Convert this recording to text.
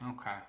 Okay